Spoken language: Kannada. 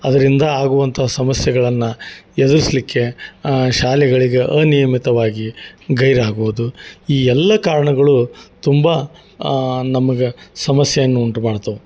ಅದರಿಂದ ಆಗುವಂಥ ಸಮಸ್ಯೆಗಳನ್ನು ಎದುರಿಸಲ್ಲಿಕ್ಕೆ ಶಾಲೆಗಳಿಗೆ ಆನಿಯಮಿತವಾಗಿ ಗೈರಾಗುದು ಈ ಎಲ್ಲ ಕಾರಣಗಳು ತುಂಬ ನಮ್ಗೆ ಸಮಸ್ಯೆಯನ್ನು ಉಂಟು ಮಾಡುತ್ತವೆ